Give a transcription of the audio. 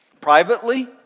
privately